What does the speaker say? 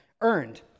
earned